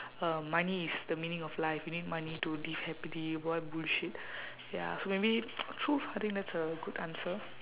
uh money is the meaning of life we need money to live happily what bullshit ya so maybe !fuh! I think that's a good answer